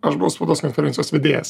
aš buvau spaudos konferencijos vedėjas